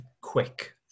quick